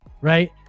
right